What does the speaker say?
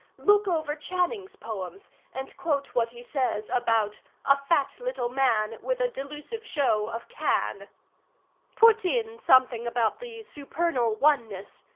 look over channing's poems and quote what he says about a fat little man with a delusive show of can put in something about the supernal oneness.